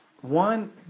one